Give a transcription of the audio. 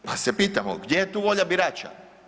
Pa se pitamo gdje je tu volja birača?